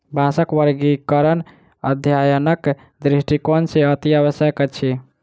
बाँसक वर्गीकरण अध्ययनक दृष्टिकोण सॅ अतिआवश्यक अछि